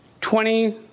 twenty